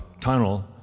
tunnel